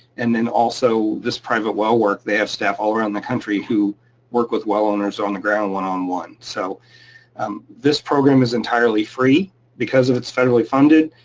and then also, this private well work, they have staff all around the country who work with well owners on the ground one on one. so um this program is entirely free because it's federally funded.